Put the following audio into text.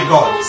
God